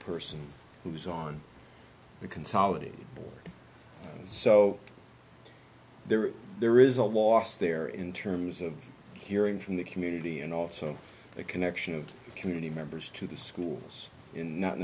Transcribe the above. person who's on the consolidated so there is there is a loss there in terms of hearing from the community and also the connection of community members to the schools in not